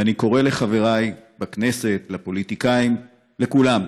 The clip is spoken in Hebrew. ואני קורא לחבריי בכנסת, לפוליטיקאים, לכולם,